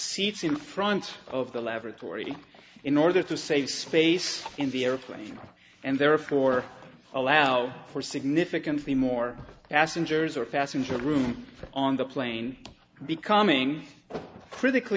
seats in front of the laboratory in order to save space in the airplane and therefore allow for significantly more ass injuries are fastened to room on the plane becoming critical